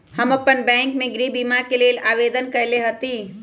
हम अप्पन बैंक में गृह बीमा के लेल आवेदन कएले हति